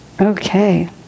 Okay